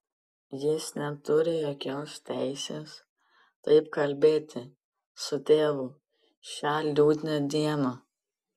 jis neturi jokios teisės taip kalbėti su tėvu šią liūdną dieną